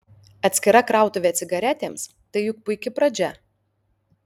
atskira krautuvė cigaretėms tai juk puiki pradžia